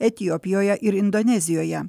etiopijoje ir indonezijoje